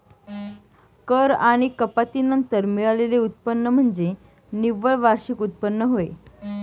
कर आणि कपाती नंतर मिळालेले उत्पन्न म्हणजे निव्वळ वार्षिक उत्पन्न होय